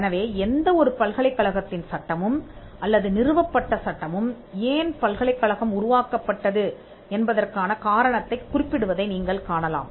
எனவே எந்த ஒரு பல்கலைக்கழகத்தின் சட்டமும் அல்லது நிறுவப்பட்ட சட்டமும் ஏன் பல்கலைக்கழகம் உருவாக்கப்பட்டது என்பதற்கான காரணத்தைக் குறிப்பிடுவதை நீங்கள் காணலாம்